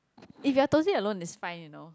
if you are totally alone is fine you know